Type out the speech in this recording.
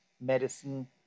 medicine